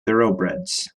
thoroughbreds